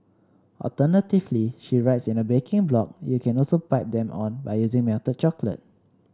alternatively she writes in her baking blog you can also pipe them on by using melted chocolate